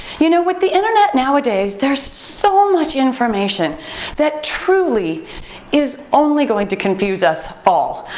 you know, with the internet nowadays, there's so much information that truly is only going to confuse us all.